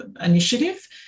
initiative